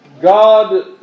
God